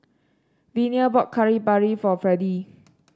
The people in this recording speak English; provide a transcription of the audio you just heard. Vena bought Kari Babi for Freddie